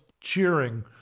cheering